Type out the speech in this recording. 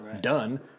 done